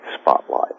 spotlight